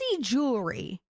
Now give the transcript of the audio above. jewelry